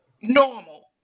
normal